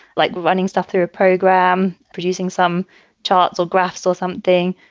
like running stuff through a program, producing some charts or graphs or something,